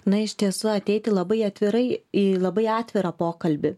na iš tiesų ateiti labai atvirai į labai atvirą pokalbį